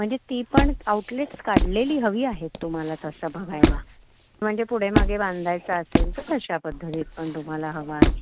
म्हणजे ती पण आउटलेट्स काढलेली हवी आहेत तुम्हाला तसं बघायला म्हणजे पुढे मागे बांधायचं असेल तर तशा पद्धतीत पण तुम्हाला हवा आहे